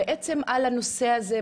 על הנושא הזה,